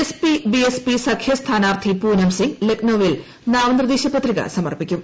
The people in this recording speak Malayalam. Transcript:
S P B S P സഖ്യ സ്ഥാനാർത്ഥി പൂനം സിംഗ് ലഖ്നൌവിൽ നാമനിർദ്ദേശ പത്രിക സമർപ്പിക്കും